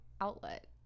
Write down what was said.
outlet